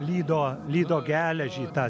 lydo lydo geležį tą